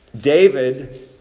David